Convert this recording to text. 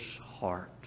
heart